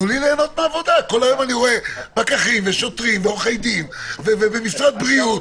כל היום אני רואה פקחים ושוטרים ועורכי דין ומשרד בריאות.